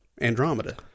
Andromeda